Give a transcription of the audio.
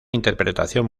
interpretación